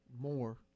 More